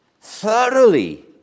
Thoroughly